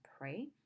pray